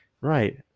Right